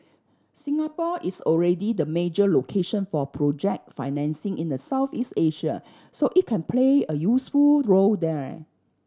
Singapore is already the major location for project financing in the Southeast Asia so it can play a useful role there